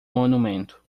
monumento